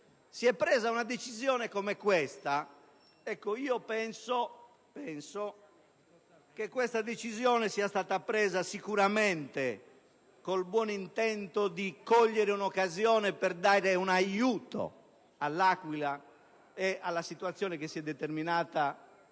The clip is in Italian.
il messaggio in tempo utile. Penso che questa decisione sia stata presa sicuramente con il buon intento di cogliere un'occasione per dare un aiuto all'Aquila, per la situazione che si è determinata